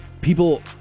people